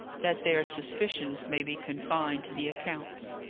that their suspicions may be confined to the accounts.